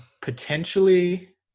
potentially